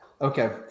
Okay